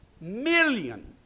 million